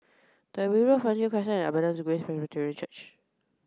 Tyrwhitt Road Fernhill Crescent and Abundant Grace Presbyterian Church